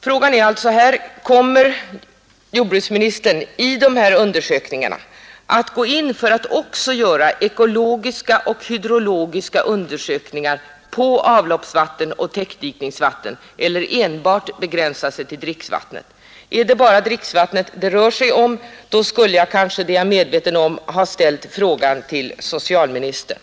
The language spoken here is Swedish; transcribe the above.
Frågan är alltså: Kommer jordbruksministern att gå in för att det vid de här undersökningarna också görs ekologiska och hydrologiska under sökningar på avloppsvatten och täckdikesvatten, eller kommer undersökningarna att begränsas till enbart dricksvatten? Är det bara dricksvattnet det rör sig om, borde jag kanske — det är jag medveten om — ha ställt frågan till socialministern.